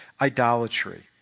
idolatry